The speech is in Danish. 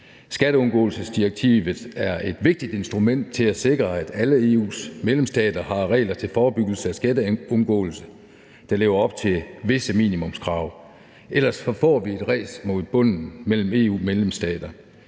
Skatteundgåelsesdirektivet er et vigtigt instrument til at sikre, at alle EU's medlemsstater har regler til forebyggelse af skatteundgåelse, der lever op til visse minimumskrav. Ellers får vi et ræs mod bunden mellem EU's medlemsstater,